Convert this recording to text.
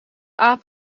aap